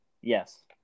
Yes